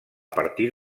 partir